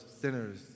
sinners